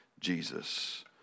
Jesus